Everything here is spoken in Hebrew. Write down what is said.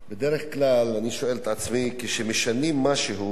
בדרך כלל אני שואל את עצמי, כשמשנים משהו,